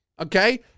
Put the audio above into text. Okay